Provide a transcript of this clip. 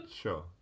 sure